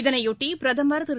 இதனையொட்டி பிரதமர் திரு